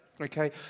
Okay